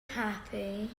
happy